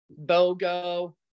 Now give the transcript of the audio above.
Bogo